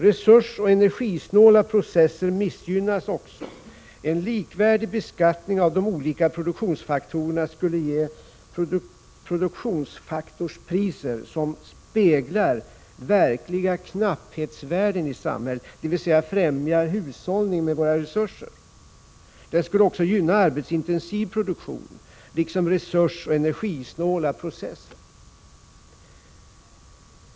Resursoch energisnåla processer missgynnas också. En likvärdig beskattning av de olika produktionsfaktorerna skulle ge produktionsfaktorspriser som speglar verkliga knapphetsvärden i samhället, dvs. främjar hushållning med resurserna. Den skulle också gynna arbetsintensiv produktion liksom resursoch energisnåla processer.